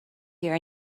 here